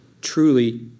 truly